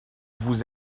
vous